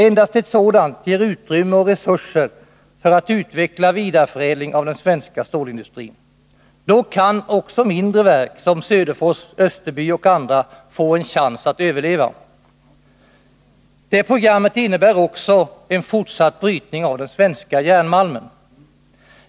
Endast ett sådant ger utrymme och resurser för att utveckla vidareförädling av den svenska stålindustrin. Då kan också mindre verk som Söderfors, Österby och andra få en chans att överleva. Det programmet innebär också en fortsatt brytning av den svenska järnmalmen.